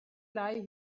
lie